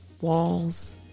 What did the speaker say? walls